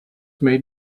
made